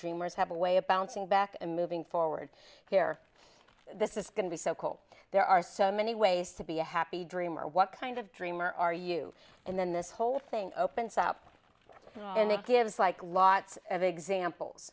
dreamers have a way a bounce back and moving forward here this is going to be so cool there are so many ways to be a happy dream or what kind of dreamer are you and then this whole thing opens up and it gives like lots of examples